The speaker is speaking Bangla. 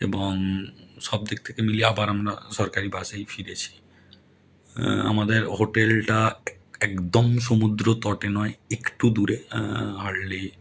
এবং সব দিক থেকে মিলিয়ে আবার আমরা সরকারি বাসেই ফিরেছি আমাদের হোটেলটা একদম সমুদ্রতটে নয় একটু দূরে হার্ডলি